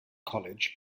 college